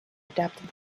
adapted